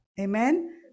Amen